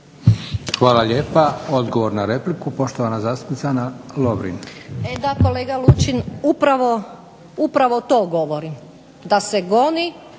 Hvala lijepa. Odgovor na repliku poštovana zastupnica Ana Lovrin. **Lovrin, Ana (HDZ)** E da kolega Lučin, upravo to govorim. Da se goni